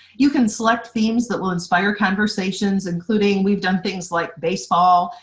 you can select themes that will inspire conversations, including, we've done things like baseball,